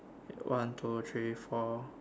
one two three four